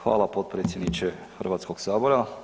Hvala potpredsjedniče Hrvatskog sabora.